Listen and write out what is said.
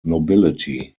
nobility